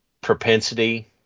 propensity